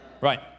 Right